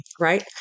right